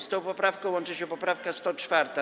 Z tą poprawką łączy się poprawka 104.